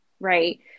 right